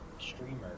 streamer